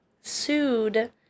sued